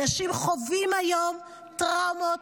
אנשים חווים היום טראומות.